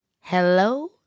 Hello